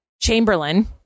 Chamberlain